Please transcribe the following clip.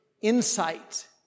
insight